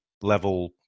level